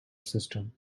system